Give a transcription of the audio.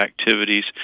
activities